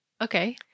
Okay